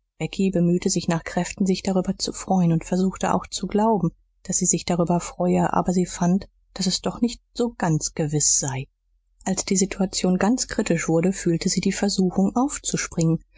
becky bemühte sich nach kräften sich drüber zu freuen und versuchte auch zu glauben daß sie sich drüber freue aber sie fand daß es doch nicht so ganz gewiß sei als die situation ganz kritisch wurde fühlte sie die versuchung aufzuspringen